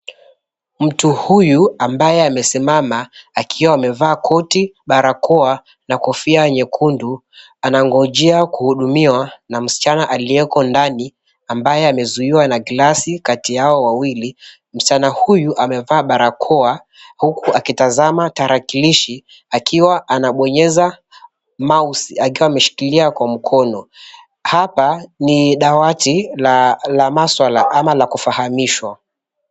Mtu huyu ambaye amesimama akiwa amevaa koti, barakoa na kofia nyekundu, anangojea kuhudumiwa na msichana aliyeko ndani ambaye amezuiwa na glasi kati ya hao wawili. Msichana huyu amevaa barakoa huku akitazama tarakilishi akiwa anabonyeza mouse ]cs] akiwa ameshikilia kwa mkono. Hapa ni dawati la maswala ama la kufahamishwa.